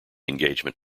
engagement